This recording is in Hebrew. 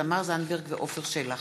תמר זנדברג ועפר שלח,